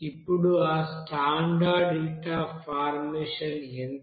ఇప్పుడు ఆ standard heat of formation ఎంత